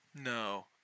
No